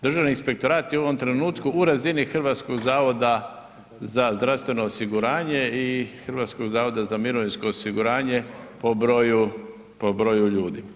Državni inspektorat je u ovom trenutku u razini Hrvatskog zavoda za zdravstveno osiguranje i Hrvatskog zavoda za mirovinsko osiguranje po broju, po broju ljudi.